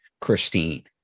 Christine